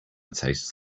tastes